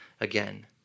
again